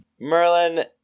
Merlin